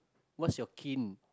what's your kin